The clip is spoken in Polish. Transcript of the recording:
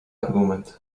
argument